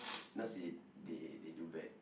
not say they they do bad